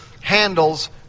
handles